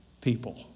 people